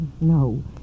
no